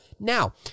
Now